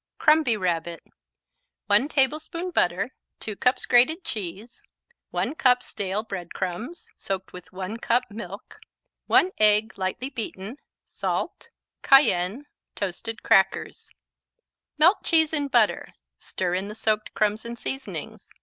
crumby rabbit one tablespoon butter two cups grated cheese one cup stale bread crumbs soaked with one cup milk one egg, lightly beaten salt cayenne toasted crackers melt cheese in butter, stir in the soaked crumbs and seasonings.